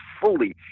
fully